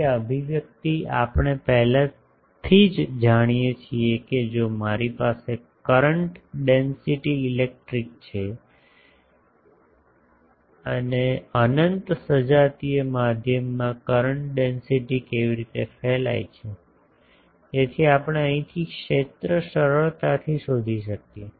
તેથી આ અભિવ્યક્તિ આપણે પહેલાથી જ જાણીએ છીએ કે જો મારી પાસે કરંટ ડેન્સિટી ઇલેક્ટ્રિક છે અનંત સજાતીય માધ્યમમાં કરંટ ડેન્સિટી કેવી રીતે ફેલાય છે તેથી આપણે અહીંથી ક્ષેત્ર સરળતાથી શોધી શકીએ